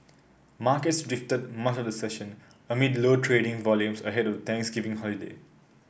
markets drifted much of the session amid low trading volumes ahead of Thanksgiving holiday